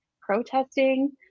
protesting